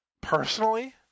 personally